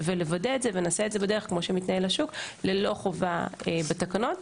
ונעשה את זה כמו שמתנהל השוק ללא חובה בתקנות.